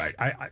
right